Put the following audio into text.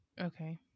Okay